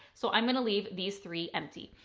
so i'm going to leave these three empty.